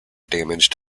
damaged